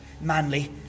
manly